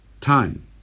time